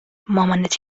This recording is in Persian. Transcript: مامانت